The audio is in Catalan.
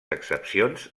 excepcions